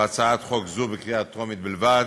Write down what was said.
בהצעת חוק זו בקריאה טרומית בלבד,